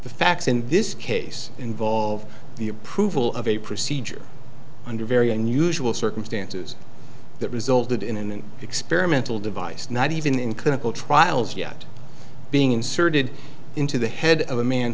the facts in this case involve the approval of a procedure under very unusual circumstances that resulted in an experimental device not even in clinical trials yet being inserted into the head of a man